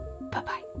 Bye-bye